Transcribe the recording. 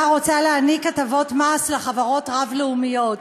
רוצה להעניק הטבות מס לחברות רב-לאומיות.